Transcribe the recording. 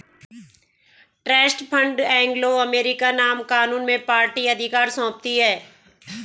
trust fund Anglo American आम कानून में पार्टी अधिकार सौंपती है